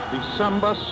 December